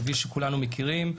כביש שכולנו מכירים,